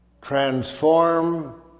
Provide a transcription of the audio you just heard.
transform